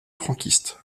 franquiste